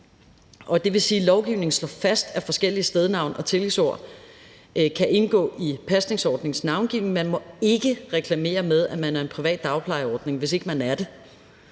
Det vil sige, at lovgivningen slår fast, at forskellige stednavne og tillægsord kan indgå i pasningsordningens navn; der må ikke reklameres med, at det er en privat dagplejeordning, hvis ikke det er det.